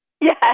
Yes